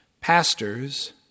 Pastors